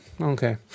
Okay